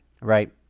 Right